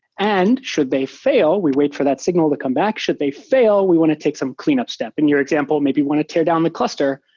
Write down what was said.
and should they fail, we wait for that signal to comeback. should they fail, we want to take some cleanup step. in your example, maybe want to tear down the cluster.